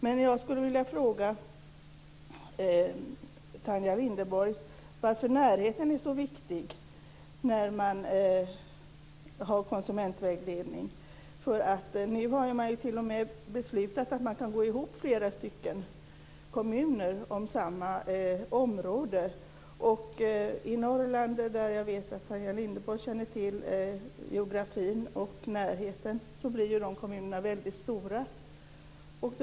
Men jag skulle vilja fråga Tanja Linderborg varför närheten är så viktig i fråga om konsumentvägledning. Nu har man ju t.o.m. beslutat att flera kommuner kan gå ihop om samma område. Jag vet att Tanja Linderborg känner till geografin i Norrland. Om flera kommuner där går ihop blir det väldigt stora områden.